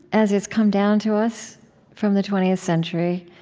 as it's come down to us from the twentieth century,